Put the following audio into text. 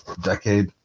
decade